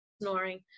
snoring